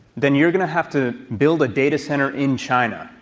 then you're going to have to build a data center in china.